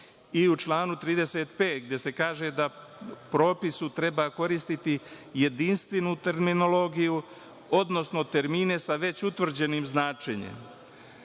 članu 35. gde se kaže da propisu treba koristiti jedinstvenu terminologiju, odnosno termine sa već utvrđenim značenjem.